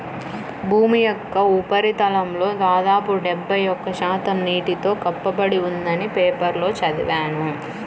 భూమి యొక్క ఉపరితలంలో దాదాపు డెబ్బై ఒక్క శాతం నీటితో కప్పబడి ఉందని పేపర్లో చదివాను